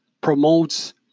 promotes